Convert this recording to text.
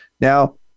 Now